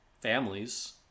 families